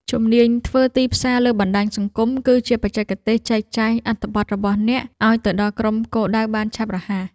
ជំនាញធ្វើទីផ្សារលើបណ្ដាញសង្គម គឺជាបច្ចេកទេសចែកចាយអត្ថបទរបស់អ្នកឱ្យទៅដល់ក្រុមគោលដៅបានឆាប់រហ័ស។